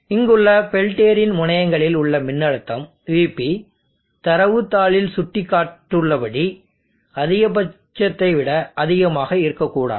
இங்குள்ள பெல்டியரின் முனையங்களில் உள்ள மின்னழுத்தம் Vp தரவுத் தாளில் சுட்டிக்காட்டப்பட்டுள்ளபடி அதிகபட்சத்தை விட அதிகமாக இருக்கக்கூடாது